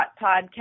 podcast